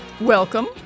Welcome